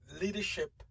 leadership